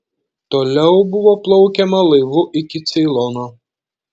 toliau buvo plaukiama laivu iki ceilono